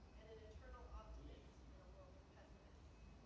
and an eternal optimist in a world of pessimists.